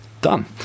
done